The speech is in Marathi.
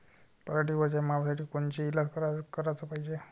पराटीवरच्या माव्यासाठी कोनचे इलाज कराच पायजे?